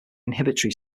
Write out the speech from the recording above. inhibitory